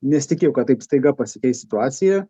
nesitikėjau kad taip staiga pasikeis situacija